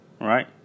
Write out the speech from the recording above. Right